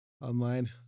online